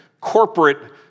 corporate